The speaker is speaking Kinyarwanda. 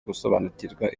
gusobanukirwa